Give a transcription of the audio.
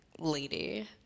lady